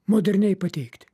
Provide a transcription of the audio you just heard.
moderniai pateikti